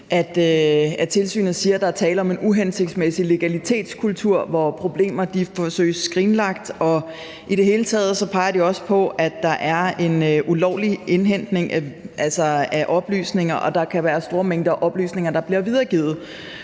at tilsynet siger, at der er tale om en uhensigtsmæssig legalitetskultur, hvor problemer forsøges skrinlagt, og i det hele taget peger de også på, at der er en ulovlig indhentning af oplysninger, og at der kan være store mængder oplysninger om danske